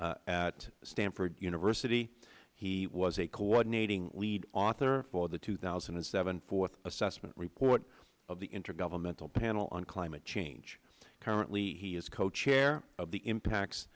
at stanford university he was a coordinating lead author for the two thousand and seven fourth assessment report of the intergovernmental panel on climate change currently he is co chair of the impacts